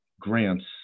grants